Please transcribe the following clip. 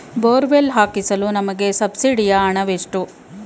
Borewell ಹಾಕಿಸಲು ನಮಗೆ ಸಬ್ಸಿಡಿಯ ಹಣವೆಷ್ಟು?